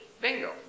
Bingo